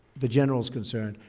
the general is concerned,